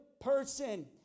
person